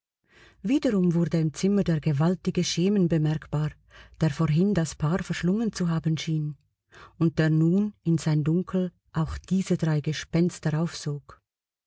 wiederum wurde im zimmer der gewaltige schemen bemerkbar der vorhin das paar verschlungen zu haben schien und der nun in sein dunkel auch diese drei gespenster aufsog